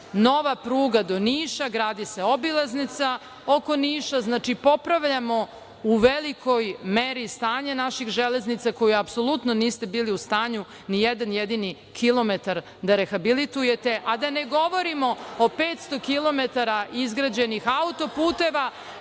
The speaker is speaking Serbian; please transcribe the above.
nova pruga do Niša, gradi se obilaznica oko Niša. Znači, popravljamo u velikoj meri stanje naših železnica, koje apsolutno niste bili u stanju ni jedan jedini kilometar da rehabilitujete, a da ne govorimo o 500 km izgrađenih autoputeva